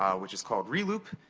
um which is called reloop,